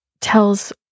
tells